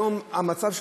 היום המצב שלו,